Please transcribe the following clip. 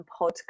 podcast